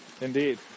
Indeed